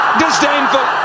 disdainful